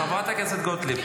חברת הכנסת גוטליב.